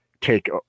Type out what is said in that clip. take